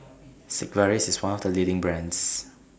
Sigvaris IS one of The leading brands